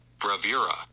bravura